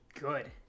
good